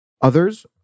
Others